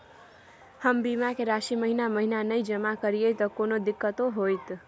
हम बीमा के राशि महीना महीना नय जमा करिए त कोनो दिक्कतों होतय?